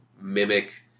mimic